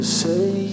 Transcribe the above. say